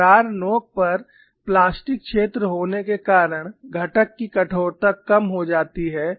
दरार नोक पर प्लास्टिक क्षेत्र होने के कारण घटक की कठोरता कम हो जाती है